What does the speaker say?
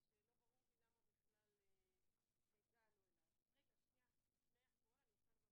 בוקר טוב לכולם, אני אפתח את